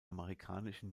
amerikanischen